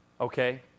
okay